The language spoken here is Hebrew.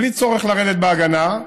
בלי צורך לרדת בהגנה,